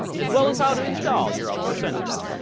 as well as how to install your outdoor sensor.